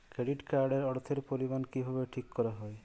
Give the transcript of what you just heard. Credit card এর অর্থের পরিমান কিভাবে ঠিক করা হয়?